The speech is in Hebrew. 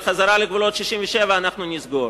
על חזרה לגבולות 67' אנחנו נסגור.